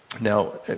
Now